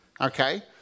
Okay